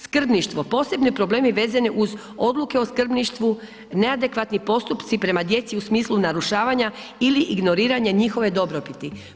Skrbništvo, posebni problemi vezani uz odluke o skrbništvu, neadekvatni postupci prema djeci u smislu narušavanja ili ignoriranja njihove dobrobiti.